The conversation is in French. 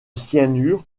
cyanure